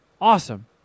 Awesome